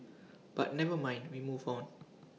but never mind we move on